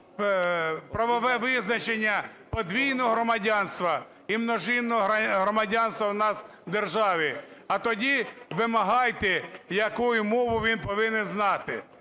правове визначення подвійного громадянства і множинного громадянства у нас в державі, а тоді вимагайте, яку мову він повинен знати.